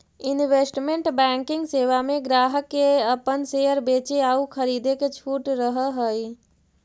investment banking सेवा में ग्राहक के अपन शेयर बेचे आउ खरीदे के छूट रहऽ हइ